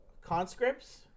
conscripts